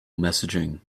messaging